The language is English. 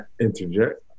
interject